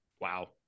Wow